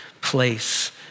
place